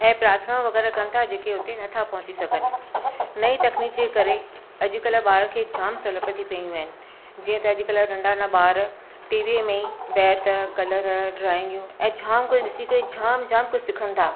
ऐं प्रार्थना वगैरह कनि था जेके हुते नथा पहुची सघनि नई तकनीक जे करे अॼुकल्ह ॿार खे जाम सहुलियत थी पियूं आहिनि जीअं त अॼुकल्ह नंढा नंढा ॿार टीवीअ में बैत कलर ड्राईंगियूं ऐं जामु कोई ॾिसी करे जामु जामु कुझु सिखनि था